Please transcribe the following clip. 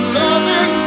loving